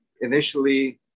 initially